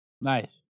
nice